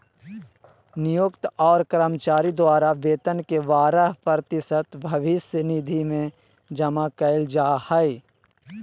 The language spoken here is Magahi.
नियोक्त और कर्मचारी द्वारा वेतन के बारह प्रतिशत भविष्य निधि में जमा कइल जा हइ